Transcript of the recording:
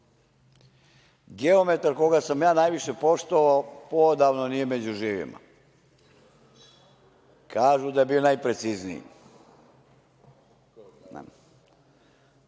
Geometar koga sam ja najviše poštovao poodavno nije među živima, kažu da je bio najprecizniji. To